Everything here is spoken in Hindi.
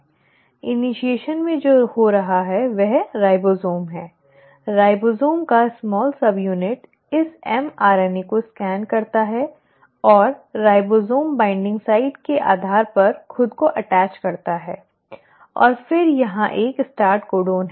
इनिशीएशन में जो हो रहा है वह राइबोसोम है राइबोसोम का छोटा सबयूनिट इस mRNA को स्कैन करता है और राइबोसोम बाइंडिंग साइट के आधार पर खुद को संलग्न करता है और फिर यहां एक स्टार्ट कोडन है